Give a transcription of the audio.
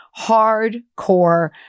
hardcore